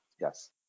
Yes